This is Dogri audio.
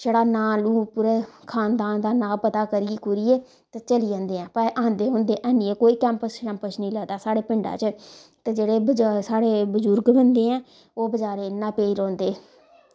छड़ा नांऽ नूं पूरे खान दान दा नांऽ पता करी कुरियै ते चली जंदे ऐं पर आंदे ऊंदे ऐनी हैन कोई कैंपस शैंपस नी लगदा साढ़े पिंडा च ते जेह्ड़े साढ़े बजुर्ग बंदे ऐं ओह् बचारे इयां पेई रौंह्दे